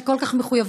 אני מפעיל את